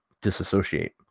disassociate